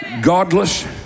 godless